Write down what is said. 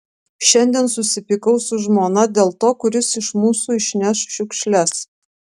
šiandien susipykau su žmona dėl to kuris iš mūsų išneš šiukšles